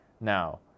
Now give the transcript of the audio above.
Now